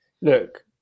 Look